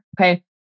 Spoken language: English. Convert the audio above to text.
Okay